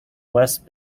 west